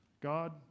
God